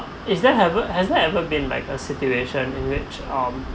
is there have a hasn't have ever been like a situation in which um